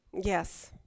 Yes